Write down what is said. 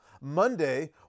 Monday